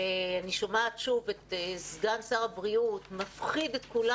ואני שומעת שוב את סגן שר הבריאות מפחיד את כולם